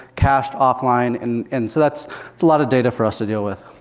cached offline. and and so that's a lot of data for us to deal with.